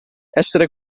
essere